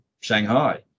Shanghai